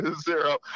Zero